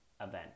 event